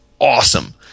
awesome